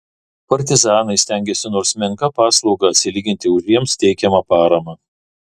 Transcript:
partizanai stengėsi nors menka paslauga atsilyginti už jiems teikiamą paramą